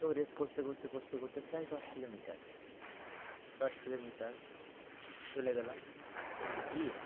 তো রেস করতে করতে করতে করতে প্রায় দশ কিলোমিটার দশ কিলোমিটার চলে গেলাম গিয়ে